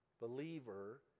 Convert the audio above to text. believer